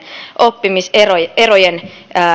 oppimiserojen